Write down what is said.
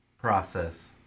process